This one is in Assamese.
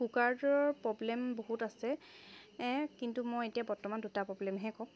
কুকাৰটোৰ প্ৰব্লেম বহুত আছে কিন্তু মই এতিয়া বৰ্তমান দুটা প্ৰব্লেমহে ক'ম